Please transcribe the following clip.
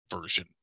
version